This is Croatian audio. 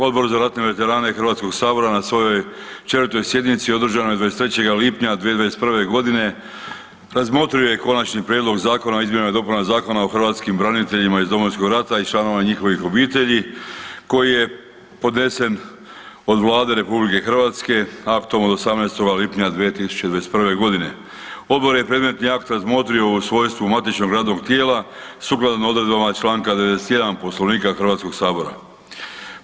Odbor za ratne veterane HS-a na svojoj 4. sjednici održanoj 23. lipnja 2021.g. razmotrio je Konačni prijedlog Zakona o izmjenama i dopunama Zakona o hrvatskim braniteljima iz Domovinskog rata i članovima njihovih obitelji koji je podnesen od Vlade RH aktom od 18. lipnja 2021.g. Odbor je predmetni akt razmotrio u svojstvu matičnog radnog tijela sukladno odredbama čl. 91. poslovnika HS-a.